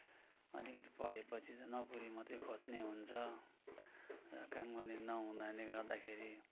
अलिकति पढेपछि त नोकरी मात्रै खोज्ने हुन्छ काम गर्ने नहुनाले गर्दाखेरि